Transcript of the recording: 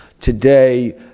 today